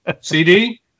CD